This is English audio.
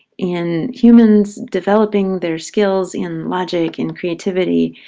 in humans developing their skills in logic, in creativity,